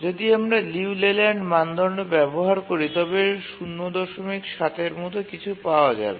যদি আমরা লিউ লেল্যান্ড মানদণ্ড ব্যবহার করি তবে ০৭ এর মতো কিছু পাওয়া যাবে